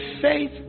faith